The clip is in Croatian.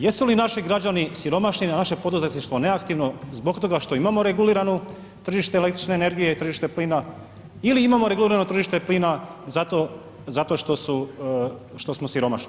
Jesu li naši građani siromašni, a naše poduzetništvo neaktivno zbog toga što imamo reguliranu tržište električne energije i tržište plina, ili imamo regulirano tržište plina zato što smo siromašni?